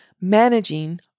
managing